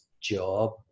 job